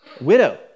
widow